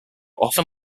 often